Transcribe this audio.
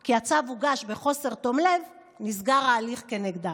כי הצו הוגש בחוסר תום לב, נסגר ההליך כנגדם.